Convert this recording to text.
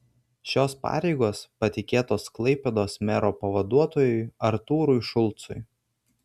šios pareigos patikėtos klaipėdos mero pavaduotojui artūrui šulcui